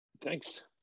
thanks